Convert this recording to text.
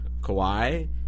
Kawhi